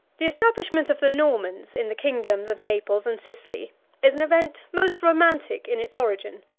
the establishment of the normans in the kingdoms of naples and sicily is an event most romantic in its origin,